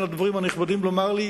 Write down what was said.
אבקש מהדוברים הנכבדים לומר לי,